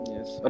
Yes